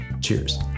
Cheers